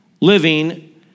living